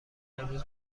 امروز